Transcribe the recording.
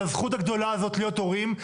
לזכות הגדולה הזאת להיות הורים,